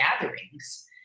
gatherings